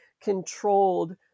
controlled